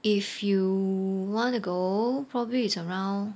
if you want to go probably is around